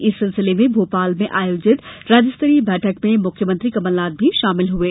इस सिलसिले में भोपाल में आयोजित राज्यस्तरीय बैठक में मुख्यमंत्री कमलनाथ भी शामिल हुये